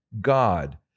God